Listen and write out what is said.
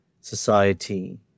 society